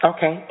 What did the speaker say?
Okay